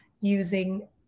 using